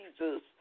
Jesus